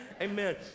Amen